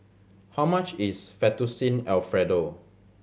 how much is Fettuccine Alfredo